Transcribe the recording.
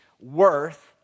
worth